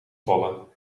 vallen